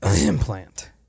implant